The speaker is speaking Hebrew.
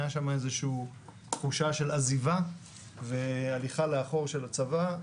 הייתה שם איזושהי תחושה של עזיבה והליכה לאחור של הצבא.